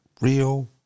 real